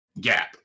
gap